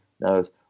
knows